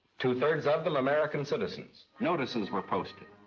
two-thirds of them american citizens. notices were posted.